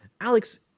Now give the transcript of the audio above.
Alex